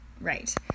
right